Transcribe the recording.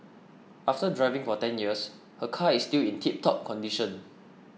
after driving for ten years her car is still in tiptop condition